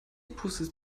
pustet